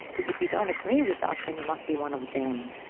because if you don't agree with us, then you must be one of them.